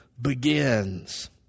begins